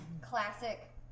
classic